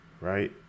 right